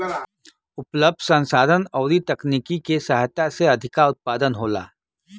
उपलब्ध संसाधन अउरी तकनीकी के सहायता से अधिका उत्पादन होला